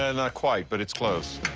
ah not quite, but it's close.